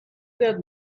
that